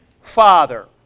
father